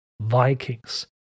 Vikings